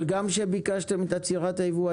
אבל גם כשביקשתם את עצירת הייבוא,